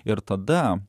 ir tada